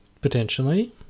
Potentially